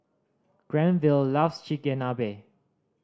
Granville loves Chigenabe